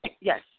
Yes